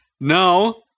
no